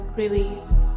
release